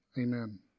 Amen